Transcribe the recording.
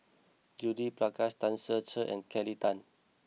Judith Prakash Tan Ser Cher and Kelly Tang